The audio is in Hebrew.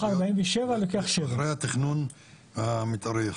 ה-47 לוקח 7. אחרי התכנון המיתארי,